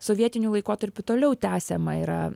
sovietiniu laikotarpiu toliau tęsiama yra